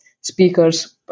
speakers